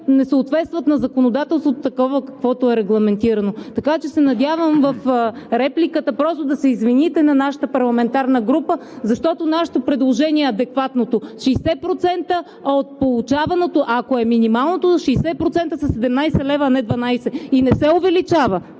не съответстват на законодателството такова, каквото е регламентирано. Надявам се в репликата си просто да се извините на нашата парламентарна група, защото нашето предложение е адекватното – 60% от получаваното, ако е минималното, 60% са 17 лв., а не 12 лв. и не се увеличава